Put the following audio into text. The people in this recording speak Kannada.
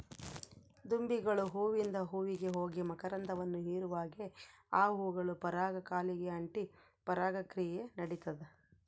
ದುಂಬಿಗಳು ಹೂವಿಂದ ಹೂವಿಗೆ ಹೋಗಿ ಮಕರಂದವನ್ನು ಹೀರುವಾಗೆ ಆ ಹೂಗಳ ಪರಾಗ ಕಾಲಿಗೆ ಅಂಟಿ ಪರಾಗ ಕ್ರಿಯೆ ನಡಿತದ